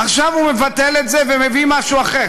עכשיו הוא מבטל את זה ומביא משהו אחר,